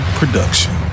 production